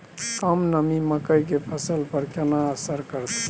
कम नमी मकई के फसल पर केना असर करतय?